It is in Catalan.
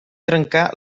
trencar